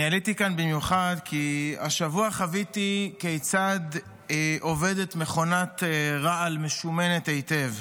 עליתי לכאן במיוחד כי השבוע חוויתי כיצד עובדת מכונת רעל משומנת היטב.